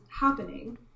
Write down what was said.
happening